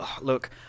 look